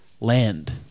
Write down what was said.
Land